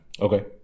Okay